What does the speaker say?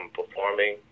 performing